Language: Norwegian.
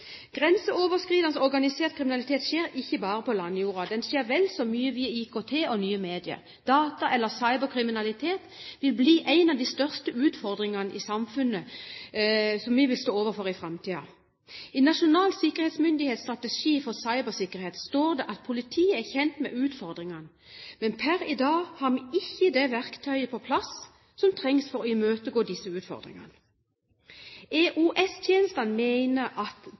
grenseoverskridende organisert kriminalitet skjer ikke bare på landjorden, den skjer vel så mye via IKT og nye medier. Data eller cyberkriminalitet vil bli en av de største utfordringene samfunnet vil stå overfor i framtiden. I Nasjonal sikkerhetsmyndighets strategi for cybersikkerhet står det at politiet er kjent med utfordringene, men per i dag har de ikke det verktøyet på plass som trengs for å imøtegå disse utfordringene. EOS-tjenestene mener at